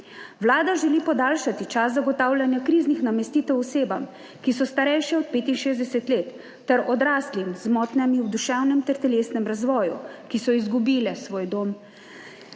Vlada želi podaljšati čas zagotavljanja kriznih namestitev osebam, ki so starejše od 65 let, ter odraslim z motnjami v duševnem ter telesnem razvoju, ki so izgubile svoj dom